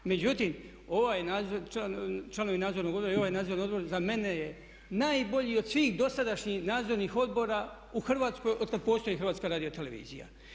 Međutim, ovi članovi Nadzornog odbora i ovaj Nadzorni odbor za mene je najbolji od svih dosadašnjih Nadzornih odbora u Hrvatskoj od kad postoji Hrvatska radiotelevizija.